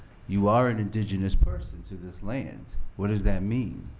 you are an indigenous person to this land. what does that mean?